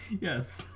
Yes